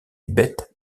bête